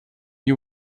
you